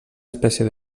espècie